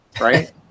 right